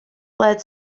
led